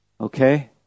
okay